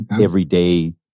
everyday